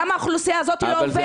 למה האוכלוסייה הזאת לא עובדת?